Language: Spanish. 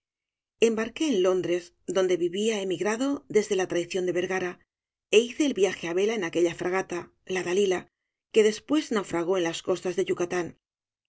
embarqué en londres donde vivía emigrado desde la traición de vergara é hice el viaje á vela en aquella fragata la dalila que después naufragó en las costas de yucatán